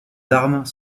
armes